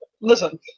Listen